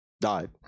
died